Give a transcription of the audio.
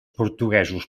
portuguesos